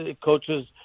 coaches